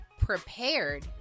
prepared